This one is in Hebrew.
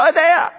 לא יודע.